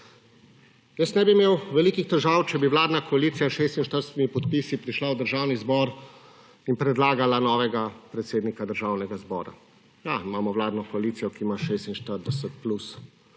Jaz ne bi imel velikih težav, če bi vladna koalicija s 46 podpisi prišla v Državni zbor in predlagala novega predsednika Državnega zbora. Ja, imamo vladno koalicijo, ki ima 46 plus